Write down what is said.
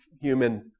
human